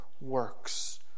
works